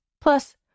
Plus